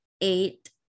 eight